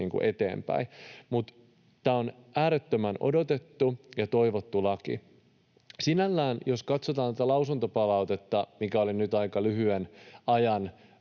eteenpäin. Mutta tämä on äärettömän odotettu ja toivottu laki. Sinällään, jos katsotaan tätä lausuntopalautetta, mikä oli nyt aika lyhyen ajan